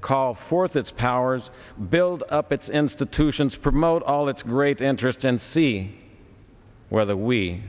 call forth its powers build up its institutions promote all its great interest and see whether we